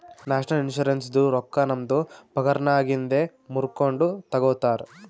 national ಇನ್ಶುರೆನ್ಸದು ರೊಕ್ಕಾ ನಮ್ದು ಪಗಾರನ್ನಾಗಿಂದೆ ಮೂರ್ಕೊಂಡು ತಗೊತಾರ್